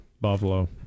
Buffalo